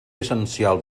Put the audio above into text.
essencial